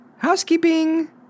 Housekeeping